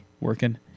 working